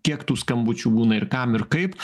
kiek tų skambučių būna ir kam ir kaip